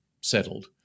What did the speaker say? settled